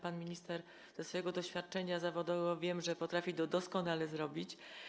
Pan minister, ze swojego doświadczenia zawodowego to wiem, potrafi to doskonale zrobić.